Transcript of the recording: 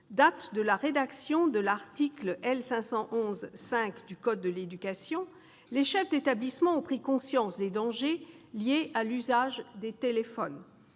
et l'introduction de l'article L. 511-5 du code de l'éducation, les chefs d'établissement ont pris conscience des dangers liés à l'usage des téléphones.